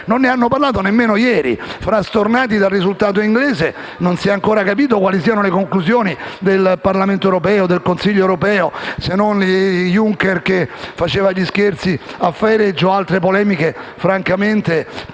Non ne hanno parlato nemmeno ieri, frastornati dal risultato inglese. Non si è ancora capito quali siano le conclusioni del Parlamento europeo, del Consiglio europeo, se non che Juncker faceva gli scherzi a Farage o altre polemiche del genere.